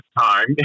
time